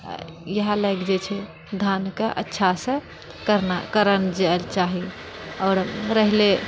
इएह लागि जाइ छै धानकऽ अच्छासँ करना करल जाइले चाही आओर रहिलै